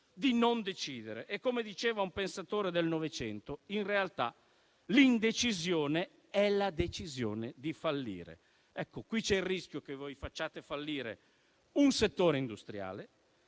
di non decidere. Come diceva un pensatore del Novecento, in realtà l'indecisione è la decisione di fallire. Ecco, qui c'è il rischio che voi facciate fallire un settore industriale,